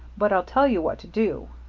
but i'll tell you what to do.